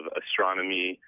astronomy